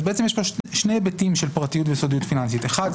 יש פה שני היבטים של פרטיות וסודיות פיננסית: אחד,